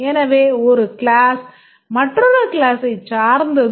எனவே ஒரு கிளாஸ் மற்றொரு class ஐச் சார்ந்தது